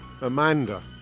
Amanda